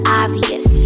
obvious